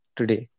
today